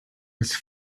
his